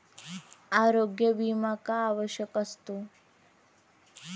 आरोग्य विमा का आवश्यक असतो?